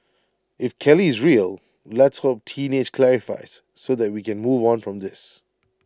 if Kelly is real let's hope teenage clarifies so that we can move on from this